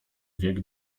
wiek